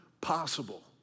possible